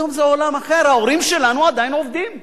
היום זה עולם אחר, ההורים שלנו עדיין עובדים.